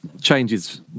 changes